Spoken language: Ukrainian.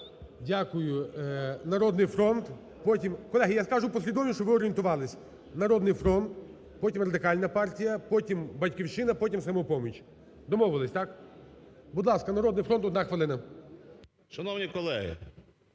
Дякую. "Народний фронт". Потім… Колеги, я скажу послідовність, щоб ви орієнтувались. "Народний фронт", потім Радикальна партія, потім "Батьківщина", потім "Самопоміч". Домовились, так? Будь ласка, "Народний фронт", одна хвилина. 13:14:57